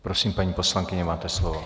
Prosím, paní poslankyně, máte slovo.